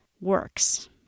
works